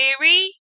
theory